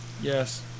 Yes